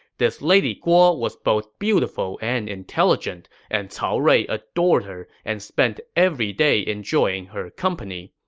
this lady guo was both beautiful and intelligent, and cao rui adored her and spent every day enjoying her company.